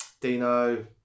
Dino